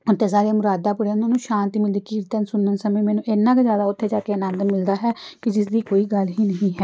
ਉੱਥੇ ਸਾਰੀਆਂ ਮੁਰਾਦਾਂ ਪੂਰੀਆਂ ਹੁੰਦੀਆਂ ਹਨ ਉਹਨਾਂ ਨੂੰ ਸ਼ਾਂਤੀ ਮਿਲਦੀ ਕੀਰਤਨ ਸੁਣਨ ਸਮੇਂ ਮੈਨੂੰ ਇੰਨਾ ਕੁ ਜ਼ਿਆਦਾ ਉੱਥੇ ਜਾ ਕੇ ਆਨੰਦ ਮਿਲਦਾ ਹੈ ਕਿ ਜਿਸ ਦੀ ਕੋਈ ਗੱਲ ਹੀ ਨਹੀਂ ਹੈ